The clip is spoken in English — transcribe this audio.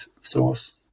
source